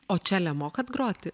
o čele mokat groti